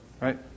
Right